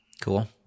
Cool